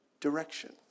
direction